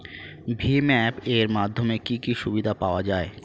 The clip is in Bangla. ভিম অ্যাপ এর মাধ্যমে কি কি সুবিধা পাওয়া যায়?